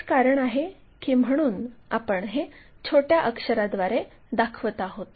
हेच कारण आहे की म्हणून आपण हे छोट्या अक्षराद्वारे दाखवत आहोत